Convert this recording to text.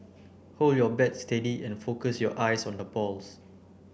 hold your bat steady and focus your eyes on the balls